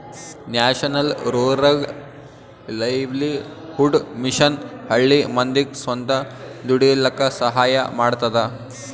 national rural livelihood mission ಹಳ್ಳಿ ಮಂದಿಗ್ ಸ್ವಂತ ದುಡೀಲಕ್ಕ ಸಹಾಯ ಮಾಡ್ತದ